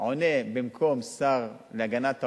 במקום השר להגנת העורף,